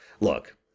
Look